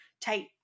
tight